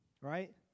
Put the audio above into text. right